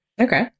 Okay